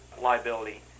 liability